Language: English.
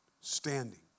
Standing